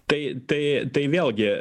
tai tai tai vėlgi